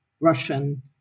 Russian